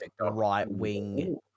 right-wing